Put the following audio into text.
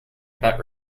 about